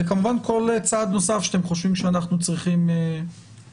וכמובן כל צעד נוסף שאתם חושבים שאנחנו צריכים לבצע.